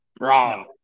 Wrong